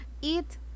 eat